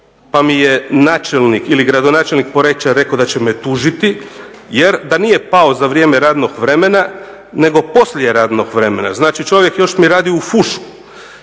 pa mi je načelnik ili gradonačelnik Poreča rekao da će me tužiti jer da nije pao za vrijeme radnog vremena nego poslije radnog vremena. Znači čovjek još mi radi u fušu.